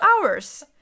hours